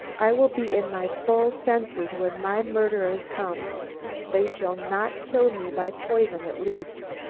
i will be in my full senses when my murderers come they shall not kill me by poison at least.